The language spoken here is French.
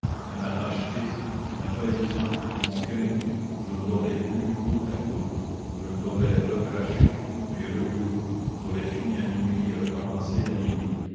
et ma lâcheté et ma trahison et mon crime je l'aurais bu goutte à goutte je l'aurais recraché puis rebu j'aurais fini à minuit et recommencé à midi